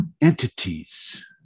Entities